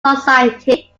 society